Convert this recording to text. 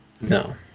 No